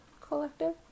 Collective